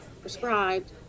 prescribed